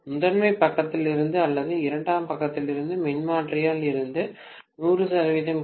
முதன்மை பக்கத்திலிருந்து அல்லது இரண்டாம் பக்கத்திலிருந்து மின்மாற்றியில் இருந்து 100 சதவீதம் கே